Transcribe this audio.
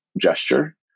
gesture